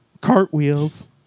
cartwheels